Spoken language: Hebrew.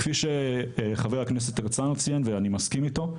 כפי שחבר הכנסת הרצנו ציין, ואני מסכים איתו,